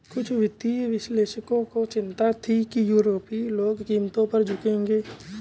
कुछ वित्तीय विश्लेषकों को चिंता थी कि यूरोपीय लोग कीमतों पर झुकेंगे